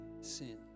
sin